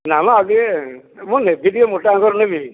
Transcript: ନା ମ ଆଉ ଟିକିଏ ମୁଁ ନେବି ଟିକିଏ ମୋଟା ଅଙ୍କର ନେବି